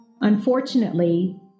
Unfortunately